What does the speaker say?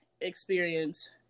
experience